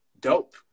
dope